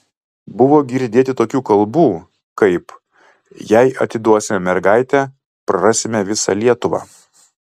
buvo girdėti tokių kalbų kaip jei atiduosime mergaitę prarasime visą lietuvą